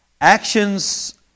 Actions